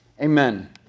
amen